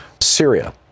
Syria